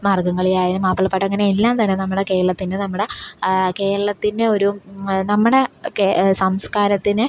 മാർഗംകളിയായാലും മാപ്പിളപ്പാട്ട് അങ്ങനെ എല്ലാം തന്നെ നമ്മൾ കേരളത്തിൻ്റെ നമ്മുടെ കേരളത്തിൻ്റെ ഒരു നമ്മുടെ സംസ്കാരത്തിനെ